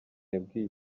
yabwiye